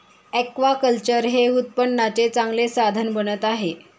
aquaculture हे उत्पन्नाचे चांगले साधन बनत आहे